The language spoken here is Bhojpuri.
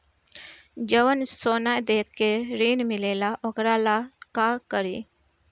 जवन सोना दे के ऋण मिलेला वोकरा ला का करी?